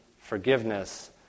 forgiveness